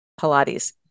Pilates